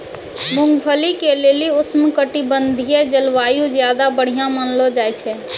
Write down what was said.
मूंगफली के लेली उष्णकटिबंधिय जलवायु ज्यादा बढ़िया मानलो जाय छै